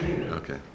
Okay